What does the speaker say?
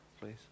please